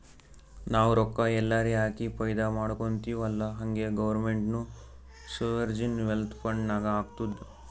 ನಾವು ರೊಕ್ಕಾ ಎಲ್ಲಾರೆ ಹಾಕಿ ಫೈದಾ ಮಾಡ್ಕೊತಿವ್ ಅಲ್ಲಾ ಹಂಗೆ ಗೌರ್ಮೆಂಟ್ನು ಸೋವರ್ಜಿನ್ ವೆಲ್ತ್ ಫಂಡ್ ನಾಗ್ ಹಾಕ್ತುದ್